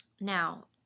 Now